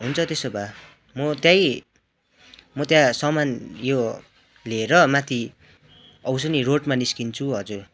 हुन्छ त्यसो भए म त्यहीँ म त्यहाँ समान यो लिएर माथि आउँछु नि रोडमा निस्किन्छु हजुर